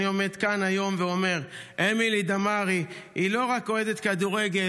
אני עומד כאן היום ואומר: אמילי דמארי היא לא רק אוהדת כדורגל,